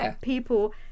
people